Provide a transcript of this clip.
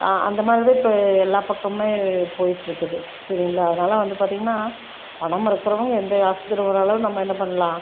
அந்த மாதிரி தான் இப்போ எல்லாப் பக்கமுமே போய்ட்ருக்குது சரிங்களா அதனால் வந்து பார்த்தீங்கன்னா பணம் இருக்கிறவங்க எந்த ஆஸ்பத்திரி போனாலும் நம்ம என்ன பண்ணலாம்